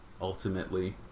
ultimately